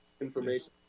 information